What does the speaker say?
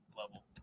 level